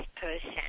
person